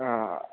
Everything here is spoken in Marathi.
हां